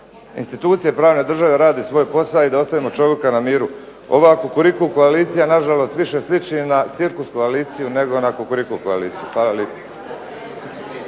institucije pravne države rade svoj posa, i da ostavimo čovika na miru. Ova kukuriku koalicija na žalost više sliči na cirkus koaliciju nego na kukuriku koaliciju.